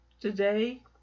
Today